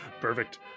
perfect